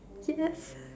yes